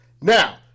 Now